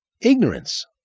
ignorance